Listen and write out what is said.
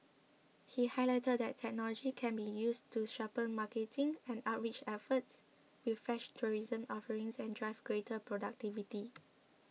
he highlighted that technology can be used to sharpen marketing and outreach efforts refresh tourism offerings and drive greater productivity